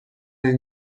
les